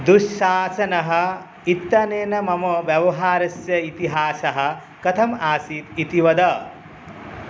दुःशासनः इत्यनेन मम व्यवहारस्य इतिहासः कथम् आसीत् इति वद